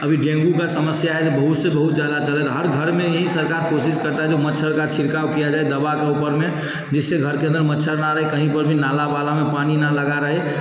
अभी डेंगू का समस्या है बहुत से बहुत ज़्यादा हर घर में ही सरकार कोशिश करता है जो मच्छर का छिड़काव किया जाए दवा के ऊपर में जिस घर के अंदर कहीं पर भी नाला वाला में पानी न लगा रहे